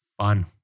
Fun